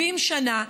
70 שנה,